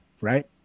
right